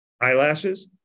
Eyelashes